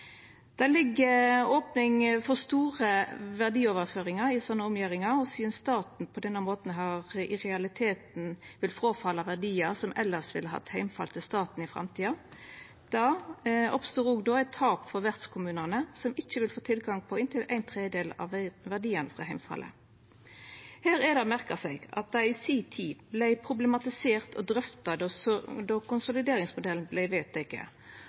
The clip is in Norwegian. ligg opning for store verdioverføringar i ei slik omgjering, sidan staten på denne måten i realiteten vil seia frå seg verdiar som elles ville hatt heimfall til staten i framtida. Det oppstår også eit tap for vertskommunane som ikkje vil få tilgang på inntil ein tredjedel av verdiane frå heimfallet. Her er det å merkja seg at dette i si tid også vart problematisert og drøfta då